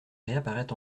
réapparaît